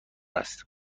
است